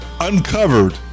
Uncovered